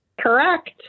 Correct